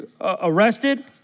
arrested